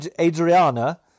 adriana